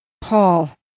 Paul